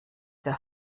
der